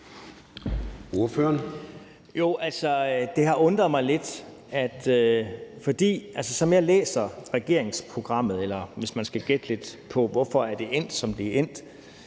Poulsen (KF): Altså, det har undret mig lidt, for som jeg læser regeringsprogrammet, eller hvis man skal gætte lidt på, hvorfor det er endt, som det er endt,